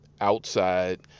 outside